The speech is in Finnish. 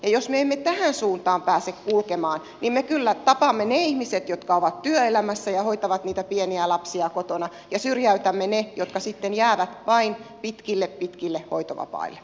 jos me emme tähän suuntaan pääse kulkemaan niin me kyllä tapamme ne ihmiset jotka ovat työelämässä ja hoitavat niitä pieniä lapsia kotona ja syrjäytämme ne jotka sitten jäävät vain pitkille pitkille hoitovapaille